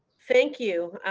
thank you.